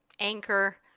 Anchor